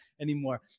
anymore